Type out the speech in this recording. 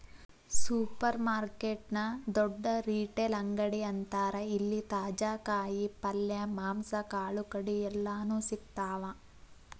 supermarket ನ ದೊಡ್ಡ retail ಅಂಗಡಿ ಅಂತಾರ ಇಲ್ಲಿ ತಾಜಾ ಕಾಯಿ ಪಲ್ಯ, ಮಾಂಸ, ಕಾಳುಕಡಿ ಎಲ್ಲಾನೂ ಸಿಗ್ತಾವ